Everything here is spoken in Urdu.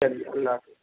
چلیے اللہ حافظ